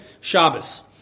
Shabbos